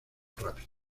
rápido